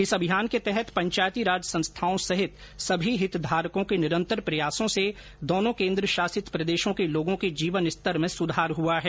इस अभियान के तहत पंचायती राज संस्थानों सहित सभी हितधारकों के निरंतर प्रयासों से दोनों केंद्रशासित प्रदेशों के लोगों के जीवनस्तर में सुधार हुआ है